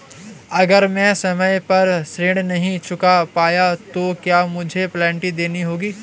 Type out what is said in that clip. अगर मैं समय पर ऋण नहीं चुका पाया तो क्या मुझे पेनल्टी देनी होगी?